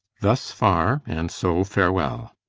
thus far and so farewell.